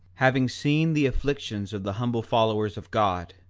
having seen the afflictions of the humble followers of god,